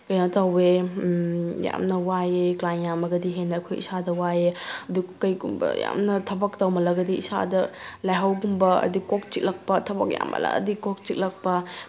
ꯀꯩꯅꯣ ꯇꯧꯏ ꯌꯥꯝꯅ ꯋꯥꯏꯑꯦ ꯀ꯭ꯂꯥꯏꯟ ꯌꯥꯝꯃꯒꯗꯤ ꯍꯦꯟꯅ ꯑꯩꯈꯣꯏ ꯏꯁꯥꯗ ꯋꯥꯏꯑꯦ ꯑꯗꯨ ꯀꯩꯒꯨꯝꯕ ꯌꯥꯝꯅ ꯊꯕꯛ ꯇꯧꯃꯜꯂꯒꯗꯤ ꯏꯁꯥꯗ ꯂꯥꯏꯍꯧꯒꯨꯝꯕ ꯑꯗꯩ ꯀꯣꯛ ꯆꯤꯛꯂꯛꯄ ꯊꯕꯛ ꯌꯥꯝꯃꯜꯂꯛꯑꯗꯤ ꯀꯣꯛ ꯆꯤꯛꯂꯛꯄ